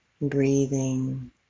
Breathing